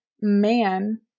man